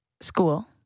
school